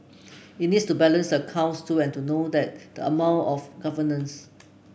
he needs to balance the accounts too and to know that the mall of governance